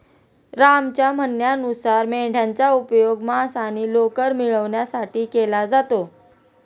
रामच्या म्हणण्यानुसार मेंढयांचा उपयोग मांस आणि लोकर मिळवण्यासाठी केला जातो